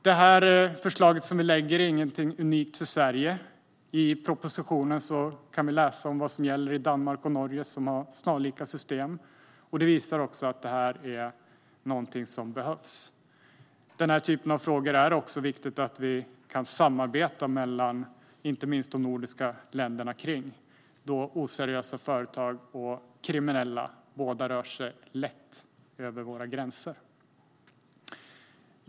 Detta förslag är ingenting unikt för Sverige. I propositionen kan man läsa om vad som gäller i Danmark och Norge, som har snarlika system. Det visar också att detta behövs. Det är viktigt att vi kan samarbeta i den här typen av frågor, inte minst mellan de nordiska länderna, då både oseriösa företag och kriminella lätt rör sig över våra gränser.